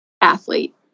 athlete